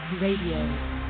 Radio